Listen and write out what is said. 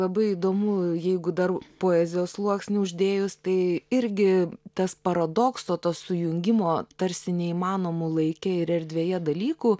labai įdomu jeigu dar poezijos sluoksnį uždėjus tai irgi tas paradokso to sujungimo tarsi neįmanomų laike ir erdvėje dalykų